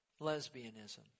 lesbianism